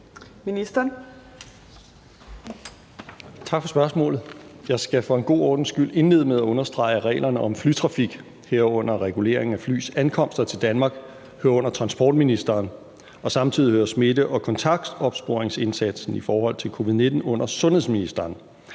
Tak for spørgsmålet. Jeg skal for en god ordens skyld indlede med at understrege, at reglerne om flytrafik, herunder regulering af flys ankomster til Danmark, hører under transportministeren, og samtidig hører smitte- og kontaktopsporingindsatsen i forhold til covid-19 under sundhedsministeren.